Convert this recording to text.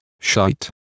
shite